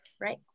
Right